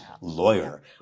lawyer